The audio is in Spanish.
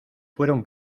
fueron